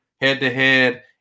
head-to-head